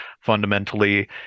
fundamentally